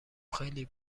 خیلی